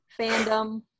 fandom